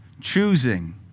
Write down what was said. choosing